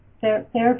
therapy